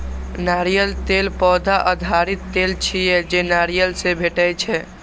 नारियल तेल पौधा आधारित तेल छियै, जे नारियल सं भेटै छै